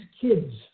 kids